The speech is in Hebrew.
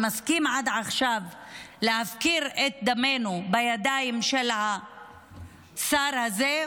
שמסכים עד עכשיו להפקיר את דמנו בידיים של השר הזה,